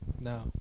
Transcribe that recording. No